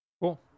cool